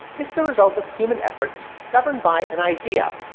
it's the result of human efforts governed by an idea,